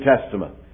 Testament